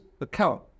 account